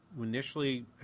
initially